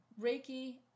Reiki